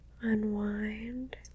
unwind